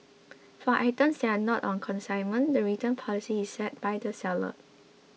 for items that are not on consignment the return policy is set by the seller